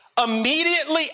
Immediately